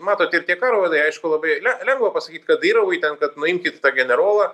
matot ir tie karo vadai aišku labai le lengva pasakyt kadirovui ten kad nuimkit tą generolą